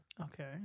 Okay